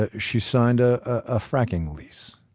ah she signed a ah fracking lease?